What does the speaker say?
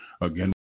Again